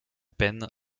peine